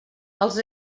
els